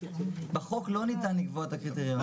בחוק לא ניתן לקבוע את הקריטריונים.